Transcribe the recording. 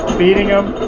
beating ah